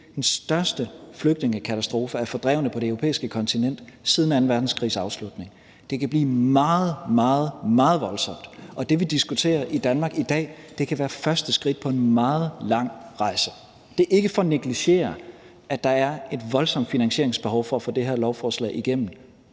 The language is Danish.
den største flygtningekatastrofe af fordrevne på det europæiske kontinent siden anden verdenskrigs afslutning. Det kan blive meget, meget voldsomt, og det, vi diskuterer i Danmark i dag, kan være et første skridt på en meget lang rejse. Det er ikke for at negligere, at der er et voldsomt finansieringsbehov for at få det her lovforslag igennem